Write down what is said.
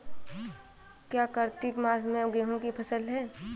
क्या कार्तिक मास में गेहु की फ़सल है?